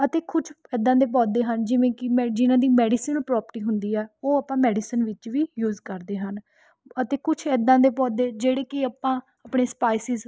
ਅਤੇ ਕੁਝ ਏਦਾਂ ਦੇ ਪੌਦੇ ਹਨ ਜਿਵੇਂ ਕਿ ਮੈਡ ਜਿਨ੍ਹਾਂ ਦੀ ਮੈਡੀਸਨ ਪ੍ਰੋਪਰਟੀ ਹੁੰਦੀ ਆ ਉਹ ਆਪਾਂ ਮੈਡੀਸਨ ਵਿੱਚ ਵੀ ਯੂਜ਼ ਕਰਦੇ ਹਨ ਅਤੇ ਕੁਛ ਏਦਾਂ ਦੇ ਪੌਦੇ ਜਿਹੜੇ ਕਿ ਆਪਾਂ ਆਪਣੇ ਸਪਾਇਸਿਸ